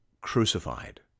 crucified